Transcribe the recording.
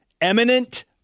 eminent